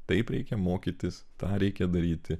taip reikia mokytis tą reikia daryti